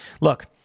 Look